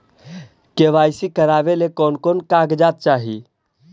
KYC करावे ले कोन कोन कागजात चाही?